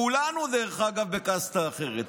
כולנו, דרך אגב, בקסטה אחרת.